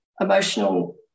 emotional